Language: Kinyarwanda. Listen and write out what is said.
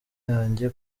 yanjye